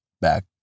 back